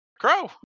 crow